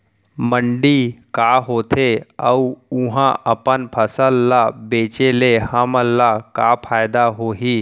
मंडी का होथे अऊ उहा अपन फसल ला बेचे ले हमन ला का फायदा होही?